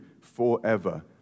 forever